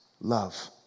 love